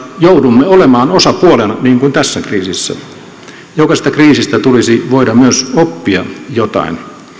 joudumme olemaan osapuolena niin kuin tässä kriisissä tulisi voida myös oppia jotain